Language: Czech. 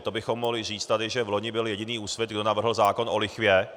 To bychom tady mohli říct, že vloni byl jediný Úsvit, kdo navrhl zákon o lichvě.